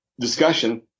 discussion